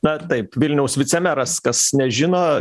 na taip vilniaus vicemeras kas nežino